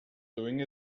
doing